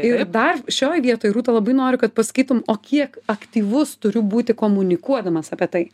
ir dar šioj vietoj rūta labai noriu kad pasakytum o kiek aktyvus turiu būti komunikuodamas apie tai